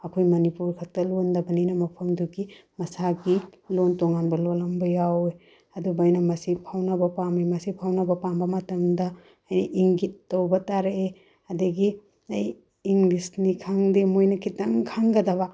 ꯑꯩꯈꯣꯏ ꯃꯅꯤꯄꯨꯔ ꯈꯛꯇ ꯂꯣꯟꯗꯕꯅꯤꯅ ꯃꯐꯝꯗꯨꯒꯤ ꯃꯁꯥꯒꯤ ꯂꯣꯟ ꯇꯣꯉꯥꯟꯕ ꯂꯣꯜꯂꯝꯕ ꯌꯥꯎꯏ ꯑꯗꯨꯃꯥꯏꯅ ꯃꯁꯤ ꯐꯥꯎꯅꯕ ꯄꯥꯝꯃꯤ ꯃꯁꯤ ꯐꯥꯎꯅꯕ ꯄꯥꯝꯕ ꯃꯇꯝꯗ ꯑꯩ ꯏꯪꯒꯤꯠ ꯇꯧꯕ ꯇꯥꯔꯛꯏ ꯑꯗꯨꯗꯒꯤ ꯑꯩ ꯏꯪꯂꯤꯁꯅꯤꯈꯪꯗꯦ ꯃꯣꯏꯅ ꯈꯤꯇꯪ ꯃꯣꯏꯅ ꯈꯤꯇꯪ ꯈꯪꯒꯗꯕ